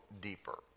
deeper